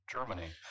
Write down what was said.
Germany